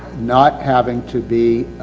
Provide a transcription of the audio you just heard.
not having to be,